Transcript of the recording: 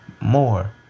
more